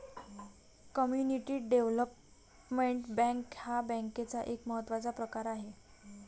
community development bank हा बँकेचा एक महत्त्वाचा प्रकार आहे